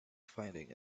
finding